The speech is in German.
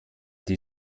die